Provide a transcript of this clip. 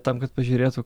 tam kad pažiūrėtų